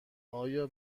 آیا